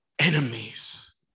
enemies